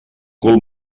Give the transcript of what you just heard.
cul